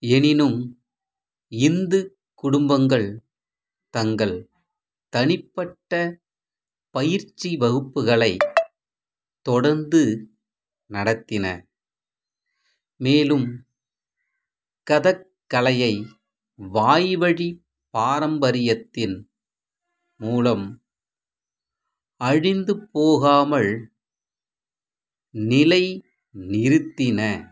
எனினும் இந்து குடும்பங்கள் தங்கள் தனிப்பட்ட பயிற்சி வகுப்புகளைத் தொடர்ந்து நடத்தின மேலும் கதைக் கலையை வாய்வழிப் பாரம்பரியத்தின் மூலம் அழிந்துப் போகாமல் நிலைநிறுத்தினர்